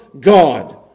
God